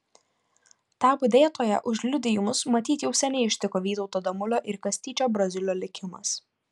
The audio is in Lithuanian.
tą budėtoją už liudijimus matyt jau seniai ištiko vytauto damulio ir kastyčio braziulio likimas